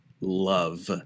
love